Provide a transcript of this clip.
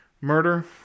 murder